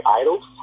idols